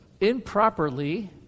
improperly